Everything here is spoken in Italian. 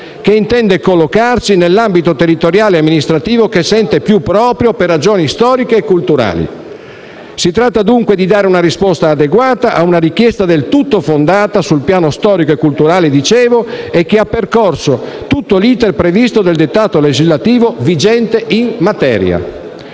che intende collocarsi nell'ambito territoriale e amministrativo che sente più proprio per ragioni storiche e culturali. Si tratta, dunque, di dare una risposta adeguata ad una richiesta del tutto fondata sul piano storico e culturale, come dicevo, che ha percorso tutto l'*iter* previsto dal dettato legislativo vigente in materia.